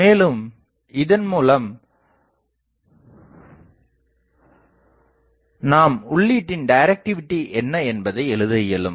மேலும் இதன் மூலம் நாம் உள்ளீடின் டைரக்டிவிடி என்ன என்பதை எழுத இயலும்